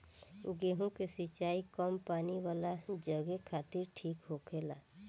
गेंहु के सिंचाई कम पानी वाला जघे खातिर ठीक होखेला